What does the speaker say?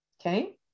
okay